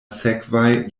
sekvaj